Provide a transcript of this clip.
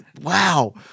Wow